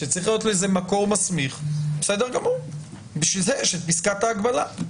שצריך להיות לזה מקור מסמיך ולכן יש את פסקת ההגבלה.